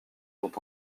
sont